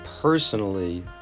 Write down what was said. personally